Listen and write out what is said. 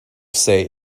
say